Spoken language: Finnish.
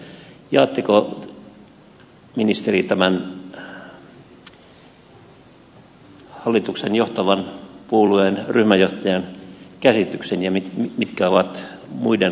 jaatteko ministeri tämän hallituksen johtavan puolueen ryhmänjohtajan käsityksen ja mitkä ovat muiden hallituskumppaneiden ajatukset tässä